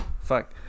Fuck